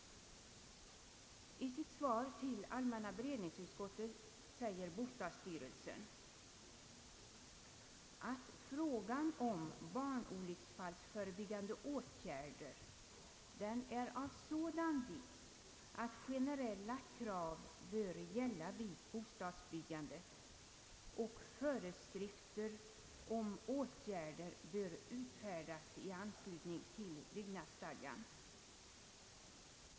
I sitt svar till allmänna beredningsutskottet säger bostadsstyrelsen att frågan om barnolycksfallsförebyggande åtgärder är av sådan vikt att generella krav bör gälla vid bostadsbyggandet och föreskrifter om barnolycksfallsförebyggande åtgärder bör utfärdas i anslutning till byggnadsstadgan.